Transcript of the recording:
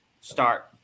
start